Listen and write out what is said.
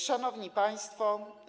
Szanowni Państwo!